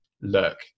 look